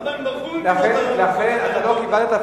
למה הם ברחו ממדינות ערב, אם היה כל כך טוב להם?